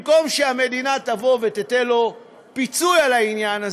במקום שהמדינה תבוא ותיתן לו פיצוי על העניין הזה,